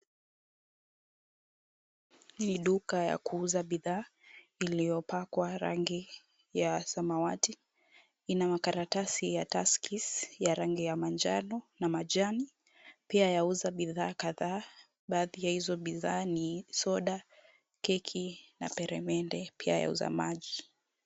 Hii duka la kuuza bidhaa iliyopakwa rangi ya samawati. Ina makaratasi ya tuskys ya rangi ya manjano na majani. Pia yauza bidhaa kadhaa. Baadhi ya hiyo bidhaa ni soda, keki na peremende pia yauza maji.